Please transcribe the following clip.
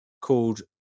called